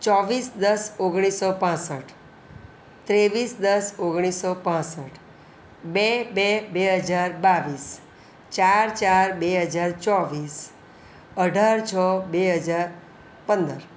ચોવીસ દસ ઓગણીસો પાંસઠ ત્રેવીસ દસ ઓગણીસો પાંસઠ બે બે બે હજાર બાવીસ ચાર ચાર બે હજાર ચોવીસ અઢાર છ બે હજાર પંદર